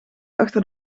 achter